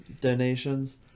donations